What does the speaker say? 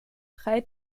drei